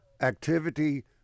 Activity